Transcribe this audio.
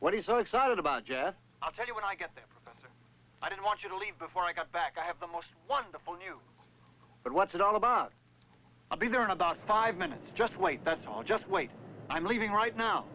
he's so excited about jeff i'll tell you when i get there i don't want you to leave before i got back i have the most wonderful new but what's it all about i'll be there in about five minutes just wait that's all just wait i'm leaving right now